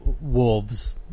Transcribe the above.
wolves